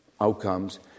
outcomes